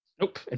Nope